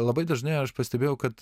labai dažnai aš pastebėjau kad